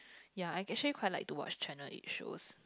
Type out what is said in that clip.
ya I actually quite like to watch channel eight shows